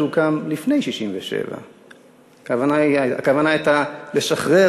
שהוקם לפני 67'. הכוונה הייתה לשחרר